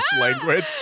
language